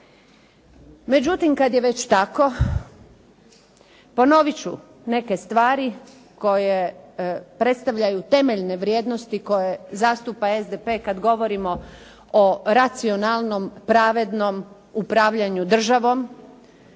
Međutim, kad je već tako ponovit ću neke stvari koje predstavljaju temeljne vrijednosti koje zastupa SDP kad govorimo o racionalnom, pravednom upravljanju državom,